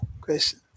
question